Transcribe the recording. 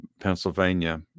Pennsylvania